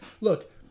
look